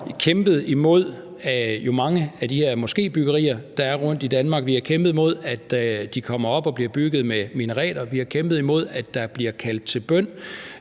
jo har kæmpet imod mange af de her moskébyggerier, der er rundtomkring i Danmark. Vi har kæmpet imod, at de kommer op og bliver bygget med minareter. Vi har kæmpet imod, at der bliver kaldt til bøn